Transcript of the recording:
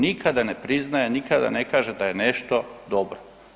Nikada ne priznaje, nikada ne kaže da je nešto dobro.